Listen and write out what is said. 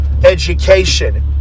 education